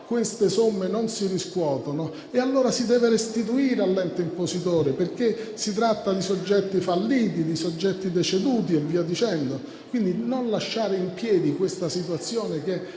queste somme non si riscuotono, allora le si devono restituire all'ente impositore, perché si tratta di soggetti falliti, deceduti e via dicendo. Non si può lasciare in piedi questa situazione che è